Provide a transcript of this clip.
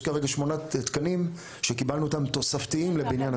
יש כרגע שמונה תקנים שקיבלנו אותם תוספתיים לבניין הכוח.